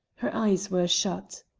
her eyes were shut.